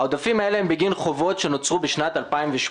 העודפים הללו הם הגין חובות שנוצרו בשנת 2018